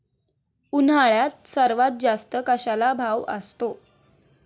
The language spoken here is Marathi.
उन्हाळ्यात सर्वात जास्त कशाला भाव असतो?